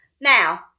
Now